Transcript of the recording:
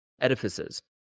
edifices